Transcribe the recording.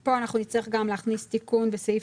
פה אנחנו נצטרך גם להכניס תיקון בסעיף